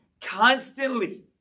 constantly